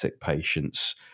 patients